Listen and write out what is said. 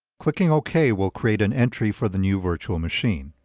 clicking ok will create an entry for the new virtual machine.